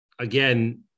again